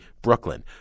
Brooklyn